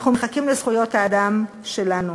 אנחנו מחכים לזכויות האדם שלנו.